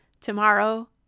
tomorrow